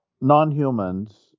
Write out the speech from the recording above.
non-humans